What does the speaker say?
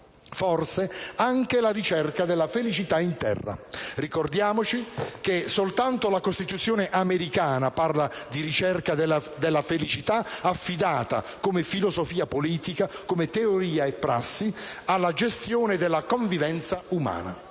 forse anche la ricerca della felicità in terra. Ricordiamoci che soltanto la Costituzione americana parla di ricerca della felicità affidata - come filosofia politica, come teoria e prassi - alla gestione della convivenza umana.